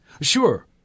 Sure